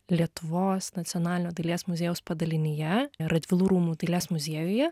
lietuvos nacionalinio dailės muziejaus padalinyje radvilų rūmų dailės muziejuje